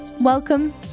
Welcome